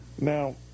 now